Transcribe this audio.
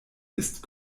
ist